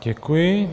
Děkuji.